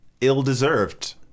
ill-deserved